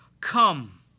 Come